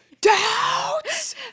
Doubts